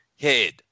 head